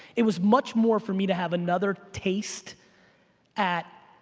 it was much more for me to have another taste at.